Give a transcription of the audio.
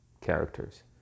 characters